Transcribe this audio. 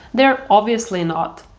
they're obviously not.